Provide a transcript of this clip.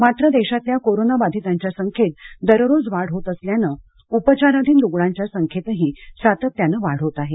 मात्र देशातल्या कोरोनाबाधीतांच्या संख्येत दररोज वाढ होत असल्यामुळे उपचाराधीन रुग्णांच्या संख्येतही सातत्यानं वाढ होत आहे